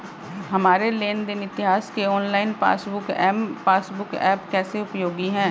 हमारे लेन देन इतिहास के online passbook m passbook app कैसे उपयोगी है?